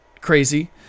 crazy